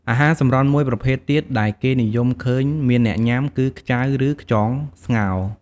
អាហារសម្រន់មួយប្រភេទទៀតដែលគេនិយមឃើញមានអ្នកញុំា គឺខ្ចៅ ឬ ខ្យងស្ងោរ។